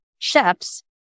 Chefs